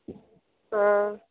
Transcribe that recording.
हाँ